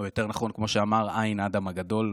או יותר נכון כמו שאמר ע' אדם הגדול,